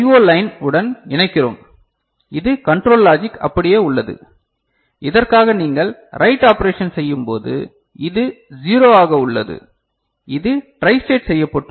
line உடன் இணைக்கிறோம் இந்த கண்ட்ரோல் லாஜிக் அப்படியே உள்ளது இதற்காக நீங்கள் ரைட் ஆபரேஷன் செய்யும்போது இது 0 ஆக உள்ளது இது ட்ரைஸ்டேட் செய்யப்பட்டுள்ளது